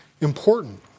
important